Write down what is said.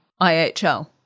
IHL